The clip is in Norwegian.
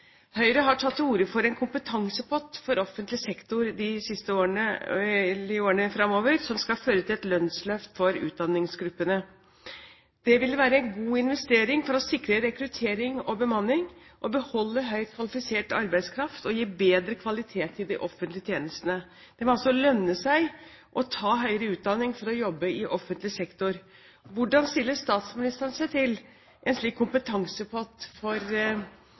Høyre har tatt til orde for en kompetansepott for offentlig sektor i årene fremover som skal føre til et lønnsløft for utdanningsgruppene. Det ville være en god investering for å sikre rekruttering og bemanning, beholde høyt kvalifisert arbeidskraft og gi bedre kvalitet i de offentlige tjenestene. Det må altså lønne seg å ta høyere utdanning for å jobbe i offentlig sektor. Hvordan stiller statsministeren seg til en slik kompetansepott for